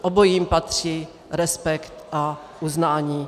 Obojím patří respekt a uznání.